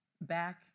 back